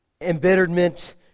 embitterment